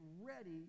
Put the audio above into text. ready